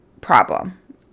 problem